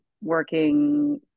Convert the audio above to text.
working